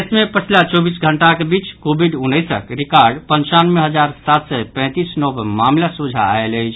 देश मे पछिला चौबीस घंटाक बीच कोविड उन्नैसक रिकॉर्ड पंचानवे हजार सात सय पैंतीस नव मामिला सोझा आयल अछि